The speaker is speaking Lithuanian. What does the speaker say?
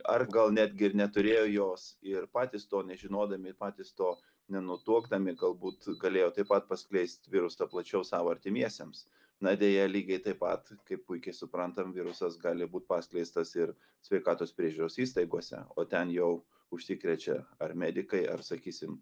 ar gal netgi ir neturėjo jos ir patys to nežinodami patys to nenutuokdami galbūt galėjo taip pat paskleist virusą plačiau savo artimiesiems na deja lygiai taip pat kaip puikiai suprantam virusas gali būt paskleistas ir sveikatos priežiūros įstaigose o ten jau užsikrečia ar medikai ar sakysim